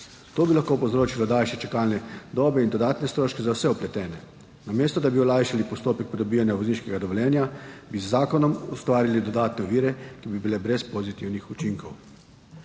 To bi lahko povzročilo daljše čakalne dobe in dodatne stroške za vse vpletene, namesto da bi olajšali postopek pridobivanja vozniškega dovoljenja, bi z zakonom ustvarili dodatne ovire, ki bi bile brez pozitivnih učinkov.